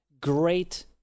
Great